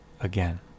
again